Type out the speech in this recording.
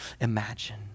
imagine